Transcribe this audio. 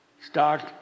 start